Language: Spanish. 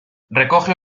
recoge